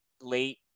late